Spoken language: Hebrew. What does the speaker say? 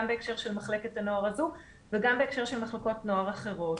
בהקשר של מחלקת הנוער הזו וגם בהקשר של מחלקות נוער אחרות.